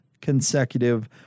consecutive